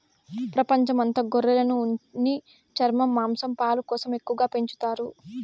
ప్రపంచం అంత గొర్రెలను ఉన్ని, చర్మం, మాంసం, పాలు కోసం ఎక్కువగా పెంచుతారు